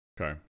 Okay